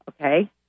okay